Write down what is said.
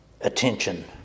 attention